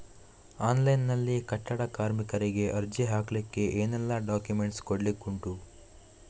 Online ನಲ್ಲಿ ಕಟ್ಟಡ ಕಾರ್ಮಿಕರಿಗೆ ಅರ್ಜಿ ಹಾಕ್ಲಿಕ್ಕೆ ಏನೆಲ್ಲಾ ಡಾಕ್ಯುಮೆಂಟ್ಸ್ ಕೊಡ್ಲಿಕುಂಟು?